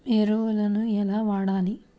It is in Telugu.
ఎరువులను ఎలా వాడాలి?